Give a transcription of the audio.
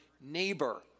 neighbor